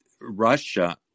Russia